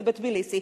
זה בטביליסי,